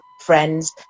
friends